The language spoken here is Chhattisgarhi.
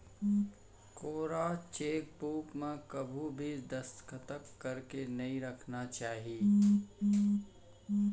कोरा चेकबूक म कभू भी दस्खत करके नइ राखना चाही